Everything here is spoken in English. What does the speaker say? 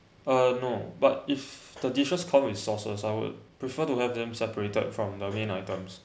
uh no but if the dishes come with sauces I would prefer to have them separated from the main items